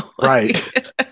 right